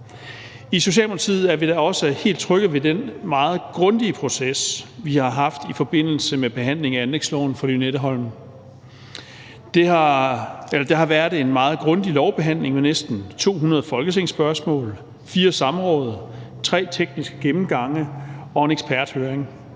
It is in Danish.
I Socialdemokratiet er vi da også helt trygge ved den meget grundige proces, vi har haft i forbindelse med behandlingen af anlægsloven for Lynetteholm. Der har været en meget grundig lovbehandling og næsten 200 folketingsspørgsmål, 4 samråd, 3 tekniske gennemgange og en eksperthøring.